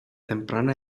temprana